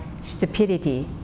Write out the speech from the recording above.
stupidity